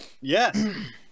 Yes